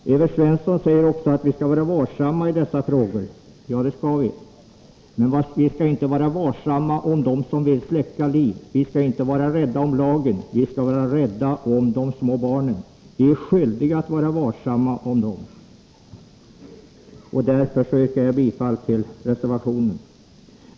Evert Svensson säger också att vi skall vara varsamma i dessa frågor. Ja, det skall vi. Men vi skall inte vara varsamma om dem som vill släcka liv. Vi skall inte vara rädda om lagen, utan vi skall vara rädda om de små barnen. Vi är skyldiga att vara varsamma om dem. Därför yrkar jag bifall till reservationen.